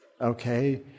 Okay